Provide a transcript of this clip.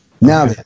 Now